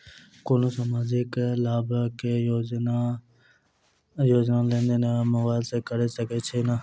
कोनो सामाजिक योजना केँ लाभ आ लेनदेन मोबाइल सँ कैर सकै छिःना?